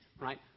right